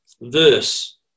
verse